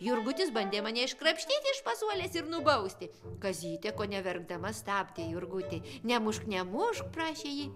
jurgutis bandė mane iškrapštyti iš pasuolės ir nubausti kazytė kone verkdama stabdė jurgutį nemušk nemušk prašė ji